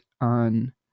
on